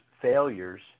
failures